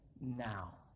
now